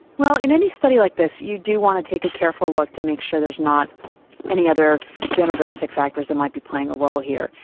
well, in any study like this you do want to take a careful look to make sure there is not any other demographic factors that might be playing a role here.